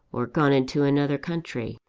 or gone into another country.